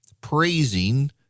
praising